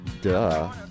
Duh